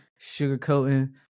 sugarcoating